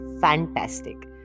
fantastic